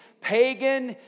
pagan